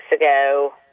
ago